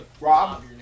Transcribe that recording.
Rob